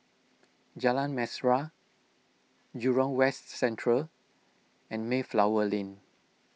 Jalan Mesra Jurong West Central and Mayflower Lane